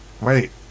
Wait